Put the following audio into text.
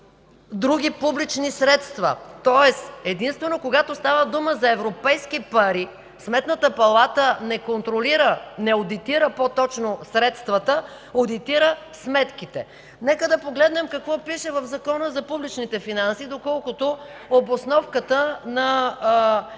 други публични средства. Тоест единствено, когато става дума за европейски пари, Сметната палата не контролира, не одитира по-точно средствата, одитира сметките. Нека да погледнем какво пише в Закона за публичните финанси, доколкото обосновката на